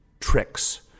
tricks